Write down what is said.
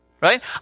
Right